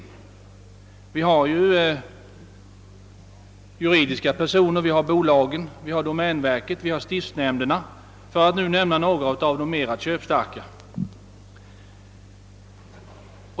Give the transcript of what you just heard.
Jag tänker här på juridiska personer, bolagen, domänverket och stiftsnämnderna, för att här bara nämna några av de mera köpstarka.